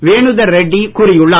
வேணுதர் ரெட்டி கூறியுள்ளார்